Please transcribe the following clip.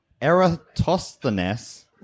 Eratosthenes